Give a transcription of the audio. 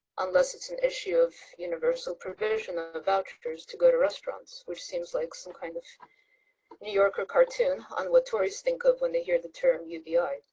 unless it's an issue of universal provision ah of vouchers to go to restaurants which seems like some kind of new york ah cartoon on what tories think of when they hear the term ubi.